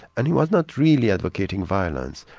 and he was not really advocating violence.